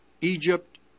Egypt